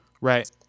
Right